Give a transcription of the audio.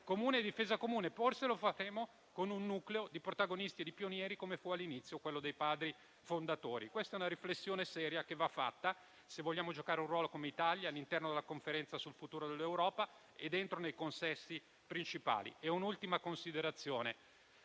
comune e di difesa comune. Forse lo faremo con un nucleo di protagonisti e di pionieri, come fu all'inizio quello dei Padri fondatori. Questa è una riflessione seria che va fatta, se vogliamo giocare un ruolo come Italia all'interno della Conferenza sul futuro dell'Europa e nei consessi principali. Un'ultima considerazione